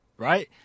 right